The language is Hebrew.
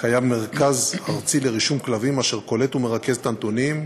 קיים מרכז ארצי לרישום כלבים אשר קולט ומרכז את הנתונים,